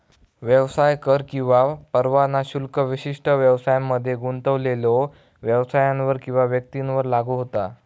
व्यवसाय कर किंवा परवाना शुल्क विशिष्ट व्यवसायांमध्ये गुंतलेल्यो व्यवसायांवर किंवा व्यक्तींवर लागू होता